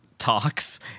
talks